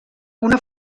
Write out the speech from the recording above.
una